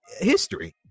history